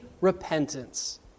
repentance